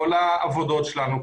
כל העבודות שלנו,